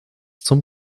zum